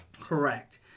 Correct